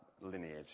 lineage